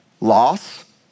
loss